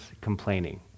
complaining